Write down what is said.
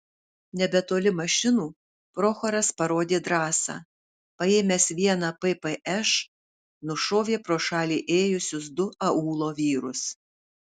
nebetoli mašinų prochoras parodė drąsą paėmęs vieną ppš nušovė pro šalį ėjusius du aūlo vyrus